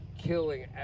killing